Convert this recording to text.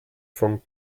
von